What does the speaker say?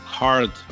hard